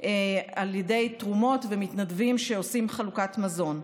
על ידי תרומות ומתנדבים שעושים חלוקת מזון.